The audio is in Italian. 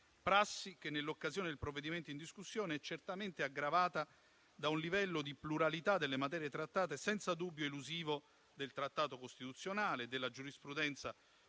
prassi che, nell'occasione del provvedimento in discussione, è certamente aggravata da un livello di pluralità delle materie trattate senza dubbio elusivo del dettato costituzionale, della giurisprudenza